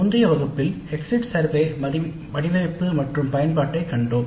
முந்தைய வகுப்பில் exit survey வடிவமைப்பு மற்றும் பயன்பாட்டைக் கண்டோம்